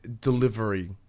delivery